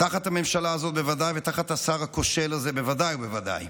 תחת הממשלה הזו בוודאי ותחת השר הכושל הזה בוודאי ובוודאי.